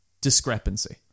discrepancy